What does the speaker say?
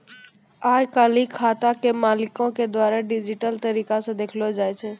आइ काल्हि खाता के मालिको के द्वारा डिजिटल तरिका से देखलो जाय छै